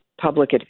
public